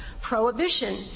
prohibition